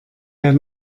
der